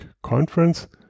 Conference